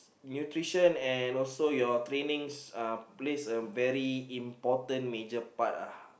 nutrition and also your training uh plays a very important part uh